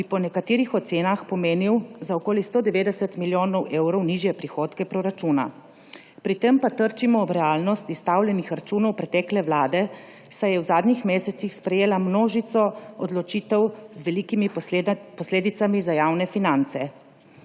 bi po nekaterih ocenah pomenil za okoli 190 milijonov evrov nižje prihodke proračuna. Pri tem pa trčimo ob realnost izstavljenih računov pretekle vlade, saj je v zadnjih mesecih sprejela množico odločitev z veliki posledicami za javne finance.